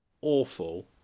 awful